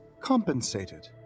compensated